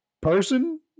person